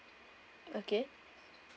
okay